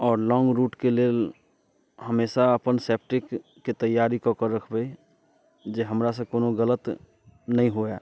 आओर लौङ्ग रूटके लेल हमेशा अपन सेप्टिक के तैआरी कऽ कऽ रखबै जे हमरा से कोनो गलत नहि हुए